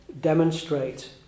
demonstrate